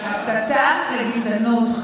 הסתה לגזענות,